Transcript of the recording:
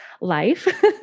Life